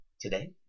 today